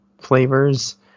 flavors